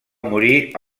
morir